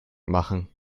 machen